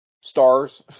stars